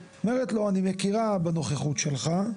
אלא היא אומרת לו אני מכירה בנוכחות שלך,